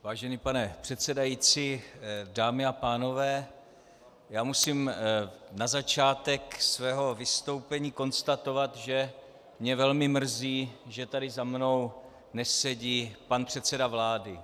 Vážený pane předsedající, dámy a pánové, musím na začátek svého vystoupení konstatovat, že mě velmi mrzí, že tady za mnou nesedí pan předseda vlády.